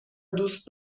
دوست